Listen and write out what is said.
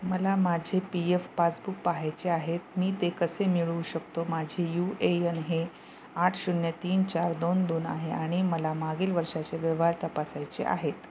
मला माझे P F passbook पाहायचे आहेत मी ते कसे मिळू शकतो माझे यू ए एन हे आठ शून्य तीन चार दोन दोन आहे आणि मला मागील वर्षाचे व्यवहार तपासायचे आहेत